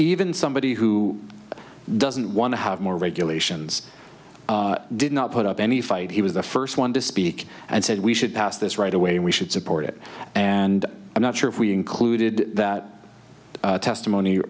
even somebody who doesn't want to have more regulations did not put up any fight he was the first one to speak and said we should pass this right away and we should support it and i'm not sure if we included that